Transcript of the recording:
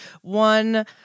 one